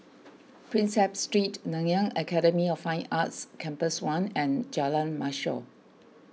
Prinsep Street Nanyang Academy of Fine Arts Campus one and Jalan Mashor